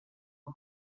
non